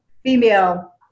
female